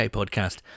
podcast